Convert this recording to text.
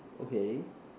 okay